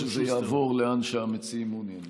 אני מסכים שזה יעבור לאן שהמציעים מעוניינים.